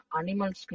animals